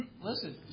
Listen